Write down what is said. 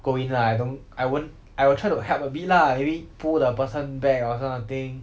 go in lah I don't I won't I will try to help a bit lah maybe pull the person back or this kind of thing